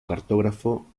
cartógrafo